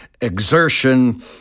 exertion